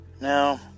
now